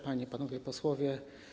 Panie i Panowie Posłowie!